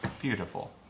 Beautiful